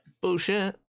Bullshit